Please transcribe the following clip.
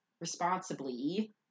responsibly